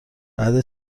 بعد